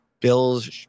Bills